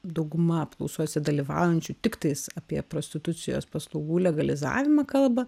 dauguma apklausose dalyvaujančių tiktais apie prostitucijos paslaugų legalizavimą kalba